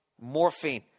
morphine